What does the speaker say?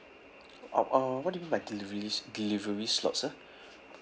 o~ uh what do you mean by delivery delivery slot sir